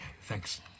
Thanks